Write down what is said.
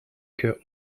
que